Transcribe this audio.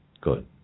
Good